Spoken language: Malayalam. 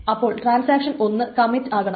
അപ്പോൾ ട്രാൻസാക്ഷൻ 1 കമ്മിറ്റ് ആകണം